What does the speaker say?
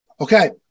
Okay